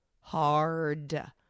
Hard